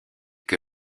que